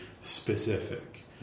specific